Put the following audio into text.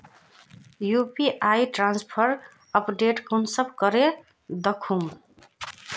UPI transfer update कुंसम करे दखुम?